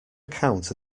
account